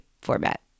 format